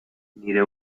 nire